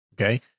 Okay